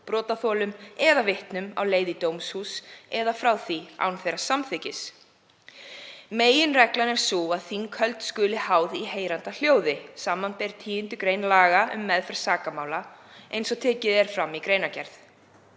brotaþolum eða vitnum á leið í dómshús eða frá því án samþykkis þeirra. Meginreglan er sú að þinghald skuli háð í heyranda hljóði, samanber 10. gr. laga um meðferð sakamála, eins og tekið er fram í greinargerð.